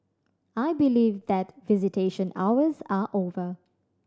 I believe that visitation hours are over